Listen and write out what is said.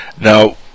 Now